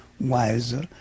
wiser